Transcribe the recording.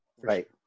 Right